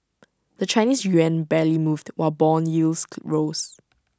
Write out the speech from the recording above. the Chinese Yuan barely moved while Bond yields rose